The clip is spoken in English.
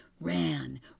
ran